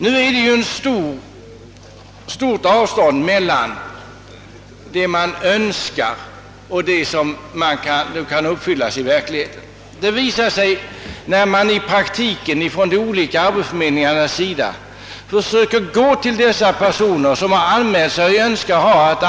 Det har visat sig att det är ett stort avstånd mellan vad man önskar och vad som kan uppfyllas i verkligheten. Detta har visat sig när man vid arbetsförmedlingarna kontaktat de människor som anmält att de önskar arbete.